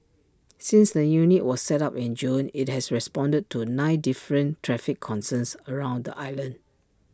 since the unit was set up in June IT has responded to nine different traffic concerns around the island